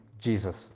jesus